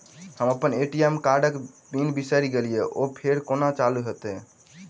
हम अप्पन ए.टी.एम कार्डक पिन बिसैर गेलियै ओ फेर कोना चालु होइत?